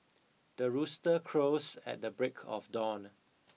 the rooster crows at the break of dawn